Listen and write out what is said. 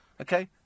Okay